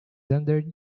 under